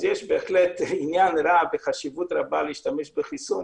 יש בהחלט עניין רב וחשיבות רבה להשתמש בחיסונים